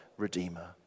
Redeemer